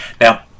Now